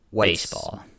Baseball